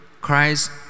Christ